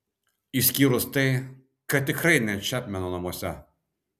išskyrus tai kad tikrai ne čepmeno namuose